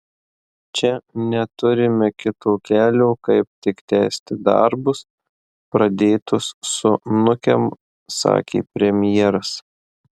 čia neturime kito kelio kaip tik tęsti darbus pradėtus su nukem sakė premjeras